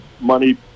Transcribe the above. money